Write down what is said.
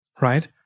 right